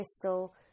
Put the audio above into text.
crystal